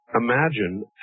imagine